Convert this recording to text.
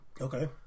Okay